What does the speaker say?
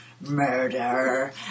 murder